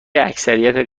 اکثریت